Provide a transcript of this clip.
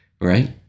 right